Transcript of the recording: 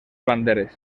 banderes